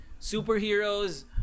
superheroes